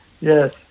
yes